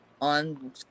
on